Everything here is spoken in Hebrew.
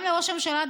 גם לראש הממשלה,